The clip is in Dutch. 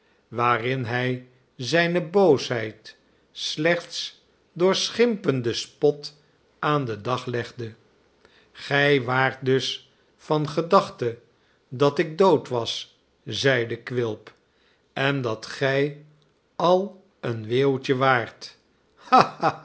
waarin hij zijne boosheid slechts door schimpenden spot aan den dag legde gij waart dus van gedachte dat ik dood was zeide quilp en dat gij al een weeuwtje waart ha